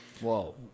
Whoa